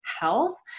health